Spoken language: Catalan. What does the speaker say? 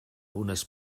unes